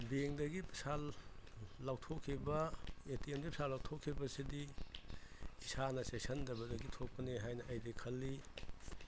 ꯕꯦꯡꯗꯒꯤ ꯄꯩꯁꯥ ꯂꯧꯊꯣꯛꯈꯤꯕ ꯑꯦ ꯇꯤ ꯑꯦꯝꯗꯒꯤ ꯄꯩꯁꯥ ꯂꯧꯊꯣꯛꯈꯤꯕꯁꯤꯗꯤ ꯏꯁꯥꯅ ꯆꯦꯛꯁꯤꯟꯗꯕꯗꯒꯤ ꯊꯣꯛꯄꯅꯤ ꯍꯥꯏꯅ ꯑꯩꯗꯤ ꯈꯜꯂꯤ